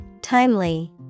Timely